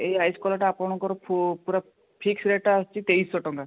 ଏଇ ଆଇସ୍ କଲର୍ଟା ଆପଣଙ୍କର ପୂରା ଫିକ୍ସ ରେଟ୍ଟା ଆସୁଛି ତେଇଶଶହ ଟଙ୍କା